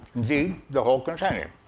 the the whole container.